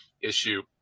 issue